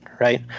Right